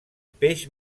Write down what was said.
peix